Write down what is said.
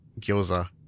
gyoza